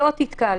זאת התקהלות.